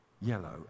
yellow